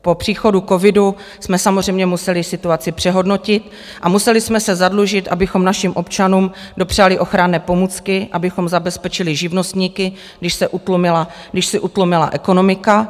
Po příchodu covidu jsme samozřejmě museli situaci přehodnotit a museli jsme se zadlužit, abychom našim občanům dopřáli ochranné pomůcky, abychom zabezpečili živnostníky, když se utlumila ekonomika.